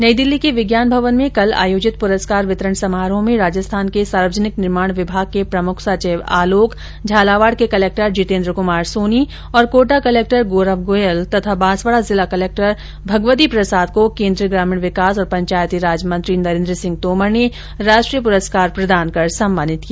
नई दिल्ली के विज्ञान भवन में कल आयोजित प्रस्कार वितरण समारोह में राजस्थान के सार्वजनिक निर्माण विभाग के प्रमुख सचिव आलोक झालावाड़ के कलेक्टर जितेन्द्र कमार सोनी और कोटा कलेक्टर गौरव गोयल तथा बांसवाड़ा जिला कलेक्टर भगवती प्रसाद को केन्द्रीय ग्रामीण विकास और पंचायती राज मंत्री नरेन्द्र सिंह तोमर ने राष्ट्रीय पुरस्कार प्रदान कर सम्मानित किया